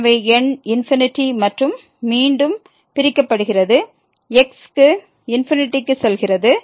எனவே எண்∞ மற்றும் மீண்டும் பிரிக்கப்படுகிறது எக்ஸ் ∞ க்கு செல்கிறது